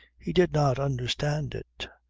he did not understand it.